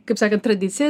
kaip sakant tradicija